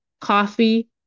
coffee